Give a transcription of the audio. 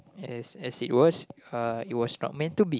as as it was uh it was not meant to be